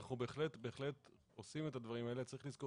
בהחלט עושים את הדברים האלה אבל צריך לזכור